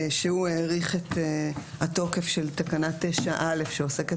שהוא האריך את התוקף של תקנה 9א שעוסקת